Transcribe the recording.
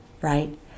right